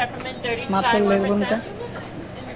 ᱢᱟ ᱛᱟᱦᱞᱮ ᱞᱟᱹᱭ ᱛᱟᱵᱚᱱ ᱯᱮ